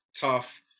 tough